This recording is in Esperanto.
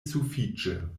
sufiĉe